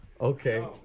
Okay